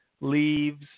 Leaves